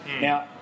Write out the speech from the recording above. Now